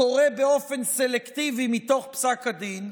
קורא באופן סלקטיבי מתוך פסק הדין.